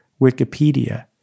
Wikipedia